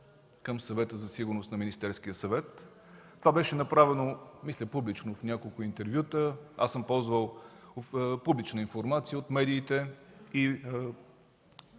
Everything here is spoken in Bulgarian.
към Съвета за сигурност на Министерския съвет”. Това беше направено, мисля, публично в няколко интервюта. Аз съм ползвал публична информация от медиите –